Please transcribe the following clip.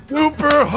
Super